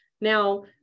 Now